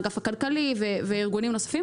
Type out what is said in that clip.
האגף הכלכלי וארגונים נוספים